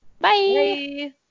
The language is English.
Bye